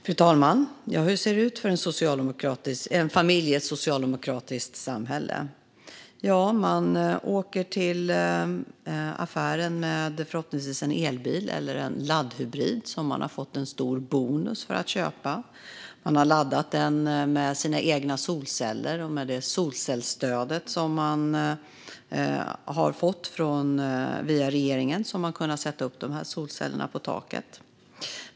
Fru talman! Hur ser det ut för en familj i ett socialdemokratiskt samhälle? Man åker till affären med förhoppningsvis en elbil eller laddhybrid som man har fått en stor bonus för att köpa. Man har laddat den med sina egna solceller. Med det solcellsstöd som man har fått via regeringen har man kunnat sätta upp solcellerna på taket.